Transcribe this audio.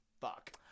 fuck